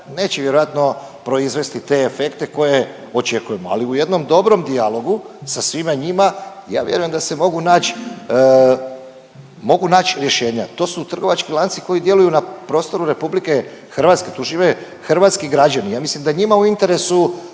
neće vjerojatno proizvesti te efekte koje očekujemo, ali u jednom dobrom dijalogu sa svima njima ja vjerujem da se mogu nać, mogu nać rješenja. To su trgovački lanci koji djeluju na prostoru RH, tu žive hrvatski građani, ja mislim da je njima u interesu